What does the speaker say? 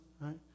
right